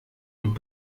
und